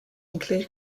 include